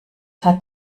hat